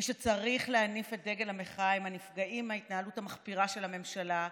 מי שצריך להניף את דגל המחאה הם הנפגעים מההתנהלות המחפירה של הממשלה.